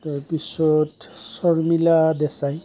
তাৰপিছত শৰ্মিলা দেশাই